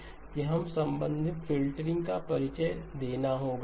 हमने कहा कि हमें संबंधित फ़िल्टरिंग का परिचय देना होगा